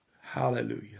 Hallelujah